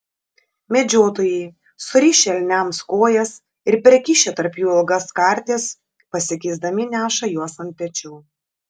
medžiotojai surišę elniams kojas ir perkišę tarp jų ilgas kartis pasikeisdami neša juos ant pečių